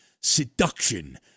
seduction